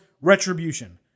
Retribution